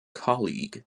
colleague